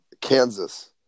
Kansas